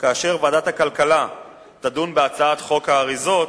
כאשר ועדת הכלכלה תדון בהצעת חוק האריזות,